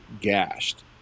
gashed